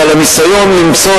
אבל הניסיון למצוא,